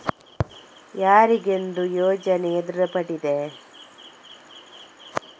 ಯಾರಿಗೆಂದು ಯೋಜನೆ ದೃಢಪಟ್ಟಿದೆ?